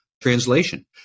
translation